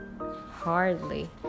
Hardly